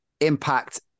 impact